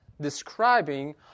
describing